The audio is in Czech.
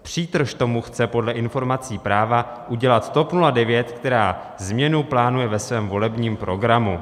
Přítrž tomu chce podle informací Práva udělat TOP 09, která změnu plánuje ve svém volebním programu.